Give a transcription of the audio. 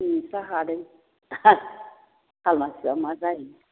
नोंस्रा हादों खालमासिबा मा जायो